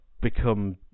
become